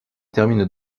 termine